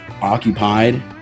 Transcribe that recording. occupied